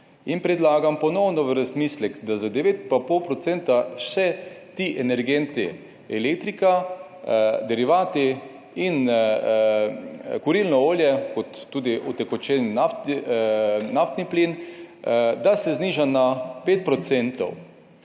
Predlagam ponovno v razmislek, da za 9,5 se ti energenti, elektrika, derivati in kurilno olje kot tudi utekočinjen naftni plin, da se zniža na 5 %.